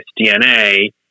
DNA